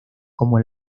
como